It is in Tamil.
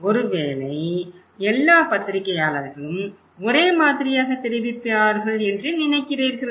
ஒருவேளை எல்லா பத்திரிகையாளர்களும் ஒரே மாதிரியாக தெரிவிப்பார்கள் என்று நினைக்கிறீர்களா